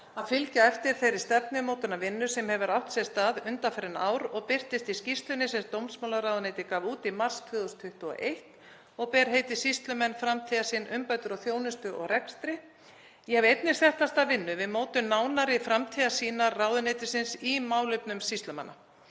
að fylgja eftir þeirri stefnumótunarvinnu sem hefur átt sér stað undanfarin ár og birtist í skýrslunni sem dómsmálaráðuneytið gaf út í mars 2021 og ber heitið Sýslumenn: Framtíðarsýn; umbætur á þjónustu og rekstri. Ég hef einnig sett af stað vinnu við mótun nánari framtíðarsýnar ráðuneytisins í málefnum sýslumanna.